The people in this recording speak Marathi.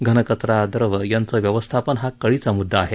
घनकचरा द्रवं यांचं व्यवस्थापन हा कळीचा मुददा आहे